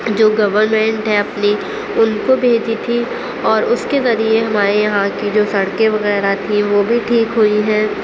جو گورنمینٹ ہے اپنی ان کو بھیجیں تھی اور اس کے ذریعے ہمارے یہاں کی جو سڑکیں وغیرہ تھی وہ بھی ٹھیک ہوئی ہیں